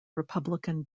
republican